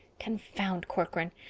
confound corcoran!